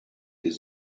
his